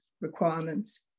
requirements